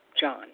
john